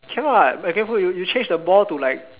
can what but careful you you change the ball to like